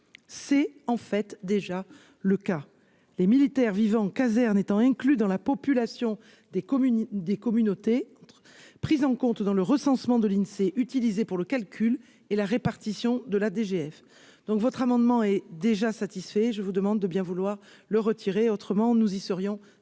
c'est en fait déjà le cas, les militaires vivant caserne étant inclus dans la population des communes des communautés entre prises en compte dans le recensement de l'Insee, utilisé pour le calcul. Et la répartition de la DGF donc votre amendement est déjà satisfait, je vous demande de bien vouloir le retirer, autrement nous y serions défavorable.